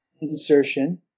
insertion